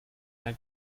mehr